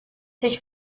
sich